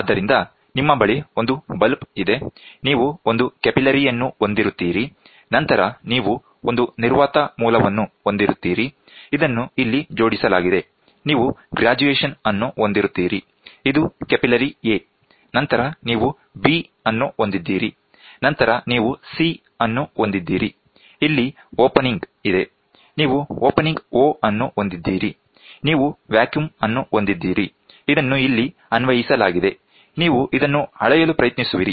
ಆದ್ದರಿಂದ ನಿಮ್ಮ ಬಳಿ ಒಂದು ಬಲ್ಬ್ ಇದೆ ನೀವು ಒಂದು ಕ್ಯಾಪಿಲರಿಯನ್ನು ಹೊಂದಿರುತ್ತೀರಿ ನಂತರ ನೀವು ಒಂದು ನಿರ್ವಾತ ಮೂಲವನ್ನು ಹೊಂದಿರುತ್ತೀರಿ ಇದನ್ನು ಇಲ್ಲಿ ಜೋಡಿಸಲಾಗಿದೆ ನೀವು ಗ್ರಾಜುಯೇಷನ್ ಅನ್ನು ಹೊಂದಿರುತ್ತೀರಿ ಇದು ಕ್ಯಾಪಿಲರಿ A ನಂತರ ನೀವು B ಅನ್ನು ಹೊಂದಿದ್ದೀರಿ ನಂತರ ನೀವು C ಅನ್ನು ಹೊಂದಿದ್ದೀರಿ ಇಲ್ಲಿ ಓಪನಿಂಗ್ ಇದೆ ನೀವು ಓಪನಿಂಗ್ O ಅನ್ನು ಹೊಂದಿದ್ದೀರಿ ನೀವು ವ್ಯಾಕ್ಯೂಮ್ ಅನ್ನು ಹೊಂದಿದ್ದೀರಿ ಇದನ್ನು ಇಲ್ಲಿ ಅನ್ವಯಿಸಲಾಗಿದೆ ನೀವು ಇದನ್ನು ಅಳೆಯಲು ಪ್ರಯತ್ನಿಸುವಿರಿ